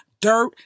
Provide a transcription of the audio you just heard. dirt